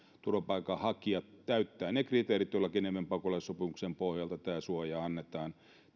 turvapaikanhakijat täyttävät ne kriteerit joilla geneven pakolaissopimuksen pohjalta tämä suoja annetaan